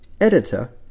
editor